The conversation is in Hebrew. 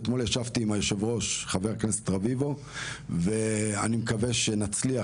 ואתמול ישבתי עם יושב הראש חבר הכנסת רביבו ואני מקווה שנצליח,